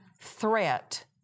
threat